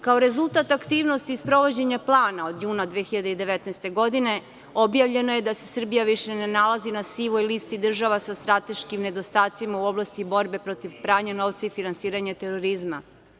Kao rezultat aktivnosti sprovođenja plana od juna 2019. godine, objavljeno je da se Srbija više ne nalazi na sivoj listi država sa strateškim nedostacima u oblasti borbe protiv pranja novca i finansiranja terorizma.